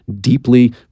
deeply